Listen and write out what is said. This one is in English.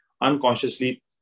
Unconsciously